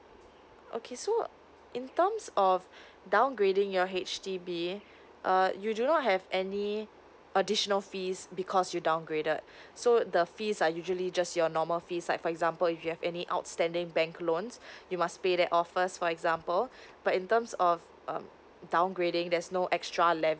okay so in terms of downgrading your H_D_B uh you do not have any additional fees because you downgraded so the fees are usually just your normal fees like for example if you have any outstanding bank loans you must pay that off first for example but in terms of um downgrading there's no extra levi